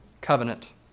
covenant